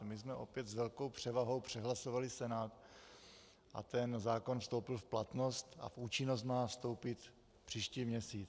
My jsme opět s velkou převahou přehlasovali Senát a ten zákon vstoupil v platnost a účinnost má vstoupit příští měsíc.